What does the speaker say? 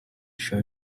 sure